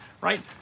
right